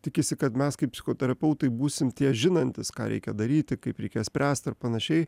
tikisi kad mes kaip psichoterapeutai būsim tie žinantys ką reikia daryti kaip reikia spręst ir panašiai